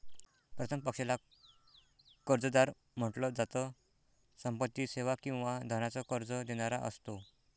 प्रथम पक्षाला कर्जदार म्हंटल जात, संपत्ती, सेवा किंवा धनाच कर्ज देणारा असतो